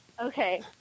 Okay